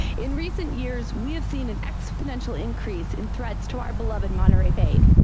in recent years we have seen an exponential increase in threats to our beloved monterey bay.